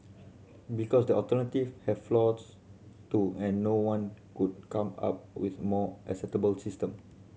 because the alternative have flaws too and no one could come up with more acceptable system